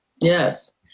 Yes